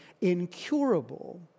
incurable